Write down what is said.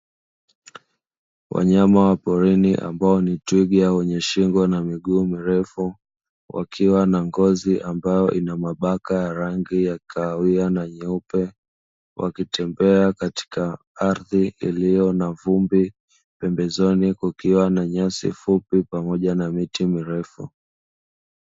Wanyama wa porini ambao ni twiga wenye shingo na miguu mirefu, wakiwa na ngozi ambayo ina mabaka ya rangi ya kahawia na nyeupe, wakitembea katika ardhi iliyo na vumbi, pembezoni kukiwa na nyasi fupi pamoja na miti mirefu.